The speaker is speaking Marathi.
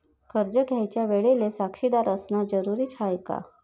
कर्ज घ्यायच्या वेळेले साक्षीदार असनं जरुरीच हाय का?